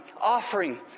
offering